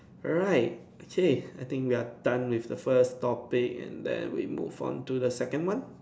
alright okay I think we are done with the first topic and then we move on to the second one